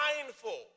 mindful